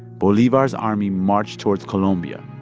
bolivar's army marched towards colombia.